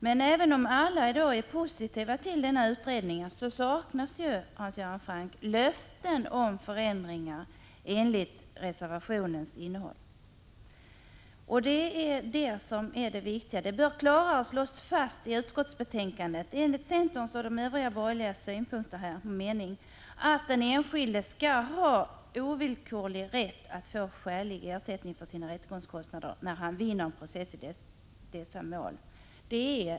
Men även om alla i dag är positiva till denna utredning saknas löften om förändringar, enligt reservationen, och det är det viktiga. Det borde klarare slås fast i utskottsbetänkandet, enligt centerns och de övriga borgerliga partiernas mening, att den enskilde skall ha ovillkorlig rätt att få skälig ersättning för sina rättegångskostnader när han vinner en process i sådana mål som det här är fråga om.